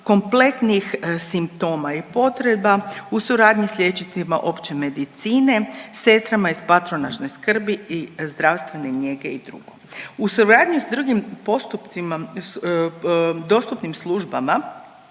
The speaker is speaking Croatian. kompletnih simptoma i potreba u suradnji sa liječnicima opće medicine, sestrama iz patronažne skrbi i zdravstvene njege i drugo. U suradnji sa drugim postupcima, dostupnim službama